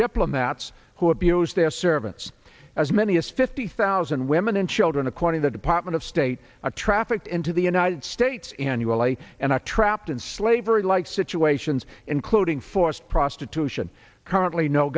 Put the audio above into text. diplomats who abuse their servants as many as fifty thousand women and children according to department of state are trafficked into the united states annually and are trapped in slavery like situations including forced prostitution currently no